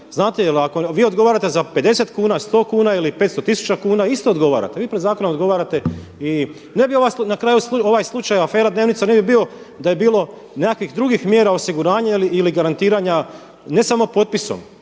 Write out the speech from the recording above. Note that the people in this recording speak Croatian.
Znate jer ako vi odgovarate za 50 kuna, 100 kuna ili 500 tisuća kuna, isto odgovarate. Vi pred zakonom odgovarate. I ne bi ova na kraju, ovaj slučaj, afera dnevnica ne bi bio da bi bilo nekakvih drugih mjera osiguranja ili garantiranja, ne samo potpisom,